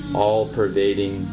all-pervading